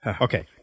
Okay